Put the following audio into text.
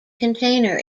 container